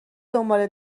دنباله